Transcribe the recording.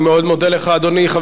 אני מאוד מודה לך, אדוני.